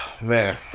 man